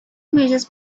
images